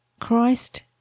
Christ